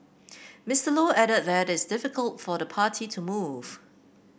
Mister Low added that it's difficult for the party to move